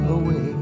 away